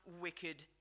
wicked